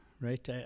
right